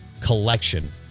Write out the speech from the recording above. collection